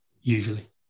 usually